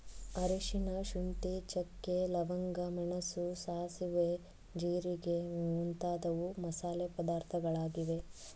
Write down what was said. ಅರಿಶಿನ, ಶುಂಠಿ, ಚಕ್ಕೆ, ಲವಂಗ, ಮೆಣಸು, ಸಾಸುವೆ, ಜೀರಿಗೆ ಮುಂತಾದವು ಮಸಾಲೆ ಪದಾರ್ಥಗಳಾಗಿವೆ